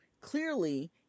clearly